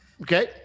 Okay